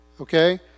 Okay